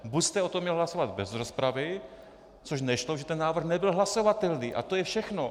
Buď jste o tom měl hlasovat bez rozpravy, což nešlo, protože ten návrh nebyl hlasovatelný, a to je všechno.